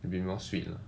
it'd be more sweet ah